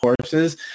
courses